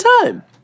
time